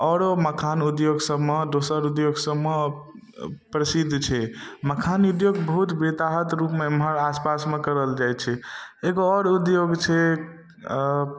आओर मखाना उद्योग सबमे दोसर उद्योग सबमे प्रसिद्ध छै मखान उद्योग बहुत बेताहत रूपमे एमहर आसपासमे करल जाइ छै एगो आओर उद्योग छै